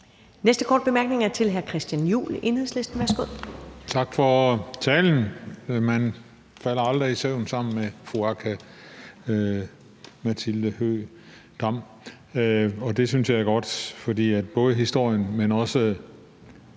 næste korte bemærkning er til hr. Christian Juhl, Enhedslisten. Værsgo. Kl. 21:05 Christian Juhl (EL): Tak for talen. Man falder aldrig i søvn sammen med fru Aki-Matilda Høegh-Dam, og det synes jeg er godt, for både historien, men også